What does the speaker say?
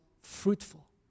fruitful